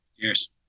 cheers